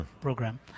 program